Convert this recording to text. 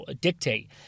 dictate